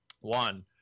One